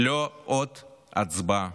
לא עוד הצבעה,